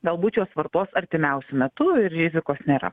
galbūt juos vartos artimiausiu metu ir rizikos nėra